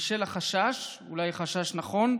בשל החשש, אולי חשש נכון,